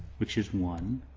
which is one.